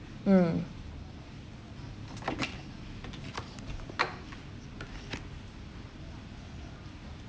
mm